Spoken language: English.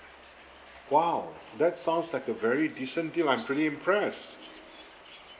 !wow! that sounds like a very decent deal I'm pretty impressed